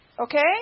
Okay